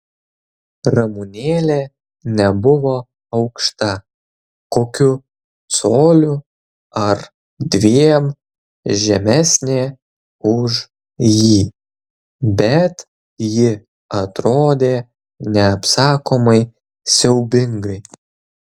ramunėlė nebuvo aukšta kokiu coliu ar dviem žemesnė už jį bet ji atrodė neapsakomai siaubingai